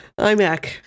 iMac